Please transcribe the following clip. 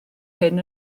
hyn